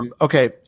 okay